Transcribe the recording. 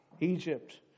Egypt